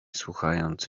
słuchając